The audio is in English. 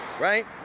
right